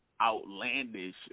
outlandish